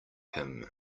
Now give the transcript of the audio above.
him